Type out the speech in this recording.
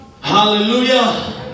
Hallelujah